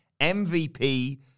MVP